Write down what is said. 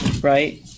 right